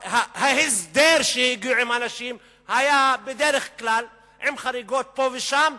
ההסדר שהגיעו עם אנשים היה בדרך כלל עם חריגות פה ושם,